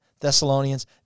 Thessalonians